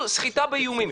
סחיטה באיומים.